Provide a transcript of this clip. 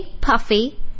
puffy